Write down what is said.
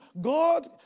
God